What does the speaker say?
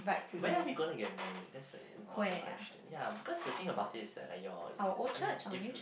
where we gonna get married this important question ya because the things about this is like your ya I mean if